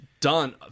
done